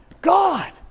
God